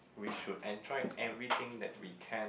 we should enjoy everything that we can